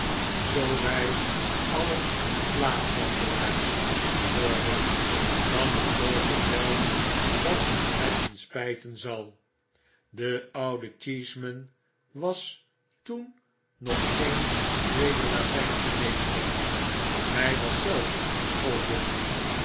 zoo wij alien slaapwandelaars worden dan geloof ik wel dat het hun spy ten zal de oude cheeseman was toen nog geen tweede latijnsche meester hy was